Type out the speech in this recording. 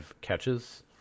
catches